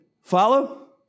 Follow